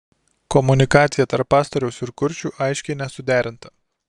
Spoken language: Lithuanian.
komunikacija tarp pastoriaus ir kuršių aiškiai nesuderinta